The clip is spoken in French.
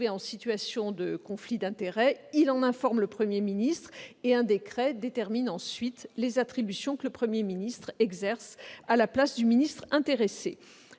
en situation de conflit d'intérêts, il en informe le Premier ministre. Un décret détermine ensuite les attributions que le Premier ministre exerce à la place du ministre intéressé.